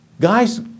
guys